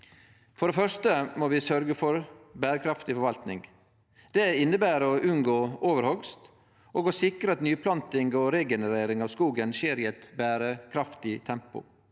For det første må vi sørgje for berekraftig forvalting. Det inneber å unngå overhogst og å sikre at nyplanting og regenerering av skogen skjer i eit berekraftig tempo.